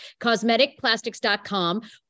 cosmeticplastics.com